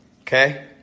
Okay